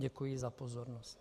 Děkuji za pozornost.